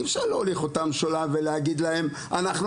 אי אפשר להוליך אותם שולל ולהגיד להם: "אנחנו